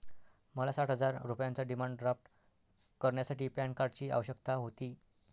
मला साठ हजार रुपयांचा डिमांड ड्राफ्ट करण्यासाठी पॅन कार्डची आवश्यकता होती